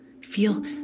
Feel